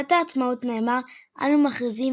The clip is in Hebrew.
במגילת העצמאות נאמר "אנו מכריזים